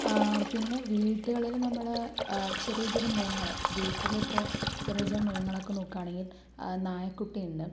പിന്നെ വീടുകളിൽ നമ്മൾ ചെറിയ ചെറിയ മൃഗങ്ങൾ വീട്ടിൽ ഇപ്പോൾ ചെറിയ ചെറിയ മൃഗങ്ങളൊക്കെ നോക്കുകയാണെങ്കിൽ നായക്കുട്ടിയുണ്ട്